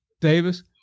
Davis